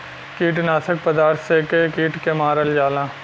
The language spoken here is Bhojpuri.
कीटनाशक पदार्थ से के कीट के मारल जाला